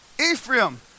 Ephraim